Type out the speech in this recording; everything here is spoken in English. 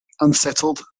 unsettled